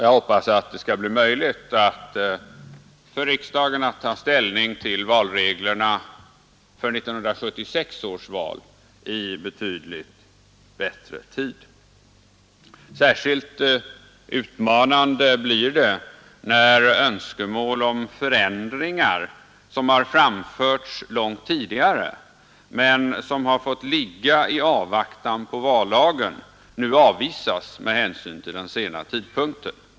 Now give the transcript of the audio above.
Jag hoppas att det skall bli möjligt för riksdagen att ta ställning till valreglerna för 1976 års val i betydligt bättre tid. Särskilt utmanande blir det när önskemål om förändringar, som har framförts långt tidigare men som har fått ligga i avvaktan på vallagen, nu avvisas med hänsyn till den sena tidpunkten.